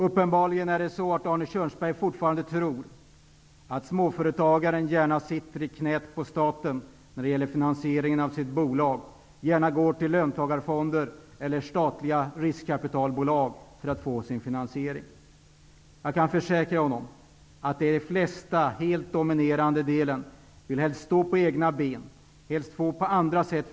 Arne Kjörnsberg tror uppenbarligen fortfarande att småföretagaren gärna sitter i knät på staten, när det gäller finansieringen av bolaget, och att han gärna går till löntagarfonder eller statliga riskkapitalbolag för att få sin finansiering. Jag kan försäkra honom om att de flesta -- den helt dominerande delen -- helst vill stå på egna ben och få finansiering på andra sätt.